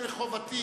חובתי,